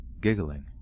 giggling